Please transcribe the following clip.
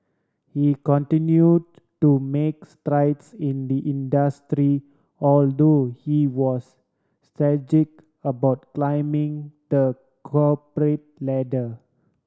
he continue to make strides in the industry although he was strategic about climbing the corporate ladder